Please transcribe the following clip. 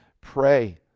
pray